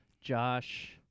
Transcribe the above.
Josh